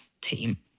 team